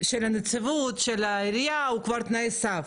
של הנציבות, של העירייה, הוא כבר עומד בתנאי הסף.